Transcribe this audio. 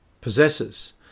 possesses